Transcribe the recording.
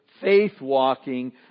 faith-walking